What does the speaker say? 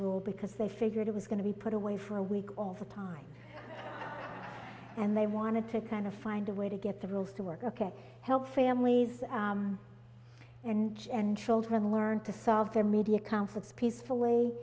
rule because they figured it was going to be put away for a week of time and they wanted to kind of find a way to get the rules to work ok help families and and children learn to solve their media conflicts peaceful